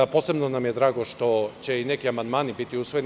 Posebno nam je drago što će i neki amandmani biti usvojeni.